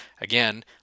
again